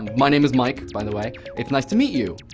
my name is mike, by the way. it's nice to meet you,